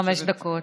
חמש דקות.